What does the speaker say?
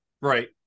Right